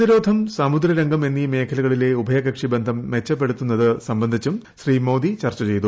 പ്രതിരോധർ സമുദ്രരംഗം എന്നീ മേഖലകളിലെ ഉഭയകക്ഷി ബന്ധം മെച്ചപ്പെടുത്തുന്നത് സംബന്ധിച്ചും ശ്രീ മോദി ചർച്ച ചെയ്തു